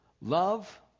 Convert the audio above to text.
love